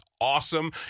awesome